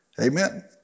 Amen